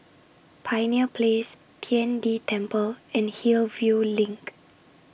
Pioneer Place Tian De Temple and Hillview LINK